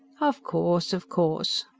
of course, of course.